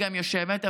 גם אני יושבת,